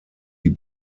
die